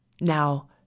Now